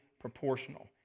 proportional